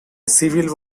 civil